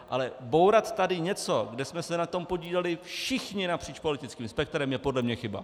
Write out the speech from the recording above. Ale bourat tady něco, kde jsme se na tom podíleli všichni napříč politickým spektrem, je podle mě chyba.